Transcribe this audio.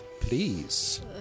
Please